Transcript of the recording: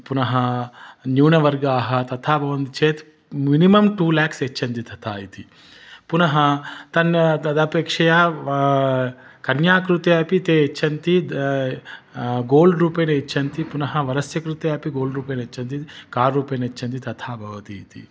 पुनः न्यूनवर्गाः तथा भवन्ति चेत् मिनिमं टू ल्याक्स् यच्छन्ति तथा इति पुनः तन् तदपेक्षया वा कन्यायाः कृते अपि ते यच्छन्ति गोल्ड् रूपेण यच्छन्ति पुनः वरस्य कृते अपि गोल्ड् रूपेण यच्छन्ति कार् रूपेण यच्छन्ति तथा भवति इति